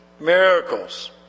miracles